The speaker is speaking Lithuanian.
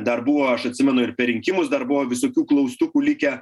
dar buvo aš atsimenu ir per rinkimus dar buvo visokių klaustukų likę